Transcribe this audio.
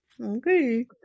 Okay